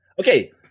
Okay